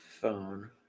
phone